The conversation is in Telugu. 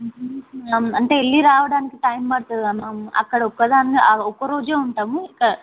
అంటే వెళ్ళి రావడానికి టైమ్ పడుతుందిగాా మ్యామ్ అక్కడ ఒక్కదాన్నే ఒక్కరోజే ఉంటాము ఇక